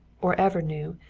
or ever knew,